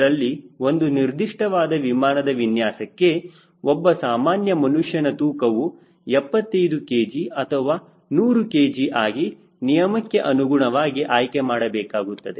ಅದರಲ್ಲಿ ಒಂದು ನಿರ್ದಿಷ್ಟವಾದ ವಿಮಾನದ ವಿನ್ಯಾಸಕ್ಕೆ ಒಬ್ಬ ಸಾಮಾನ್ಯ ಮನುಷ್ಯನ ತೂಕವು 75 kg ಅಥವಾ 100 kg ಆಗಿ ನಿಯಮಕ್ಕೆ ಅನುಗುಣವಾಗಿ ಆಯ್ಕೆ ಮಾಡಬೇಕಾಗುತ್ತದೆ